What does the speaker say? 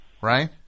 Right